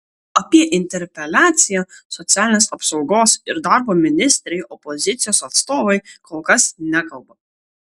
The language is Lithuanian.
apie interpeliaciją socialinės apsaugos ir darbo ministrei opozicijos atstovai kol kas nekalba